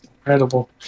Incredible